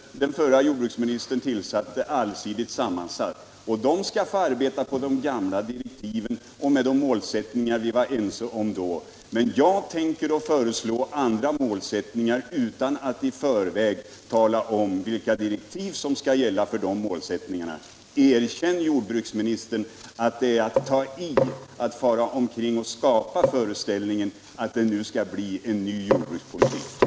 Och nog är utredningen som jordbruksminister Bengtsson tillsatte allsidigt sammansatt, och visst skall den få arbeta med de gamla direktiven och de målsättningar vi var ense om då, men sedan tänker jag föreslå en annan politik utan att i förväg i nya direktiv tala om vilka målsättningar som skall gälla. Är det verkligen inte så, herr jordbruksminister, att det är att ta i att fara omkring och skapa föreställning om att det nu skall bli en ny jordbrukspolitik!